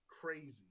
crazy